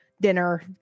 dinner